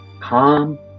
Calm